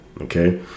Okay